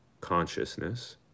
consciousness